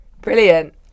Brilliant